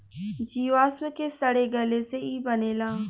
जीवाश्म के सड़े गले से ई बनेला